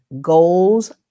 goals